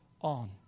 on